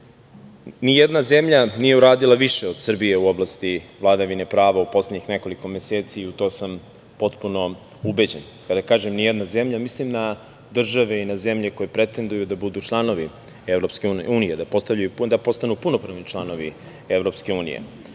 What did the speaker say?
Nijedna zemlja nije uradila više od Srbije u oblasti vladavine prava u poslednjih nekoliko meseci, u to samo potpuno ubeđen. Kada kažem nijedna zemlje, mislim na države i na zemlje koje pretenduju da budu članovi Evropske unije, da postanu punopravni članovi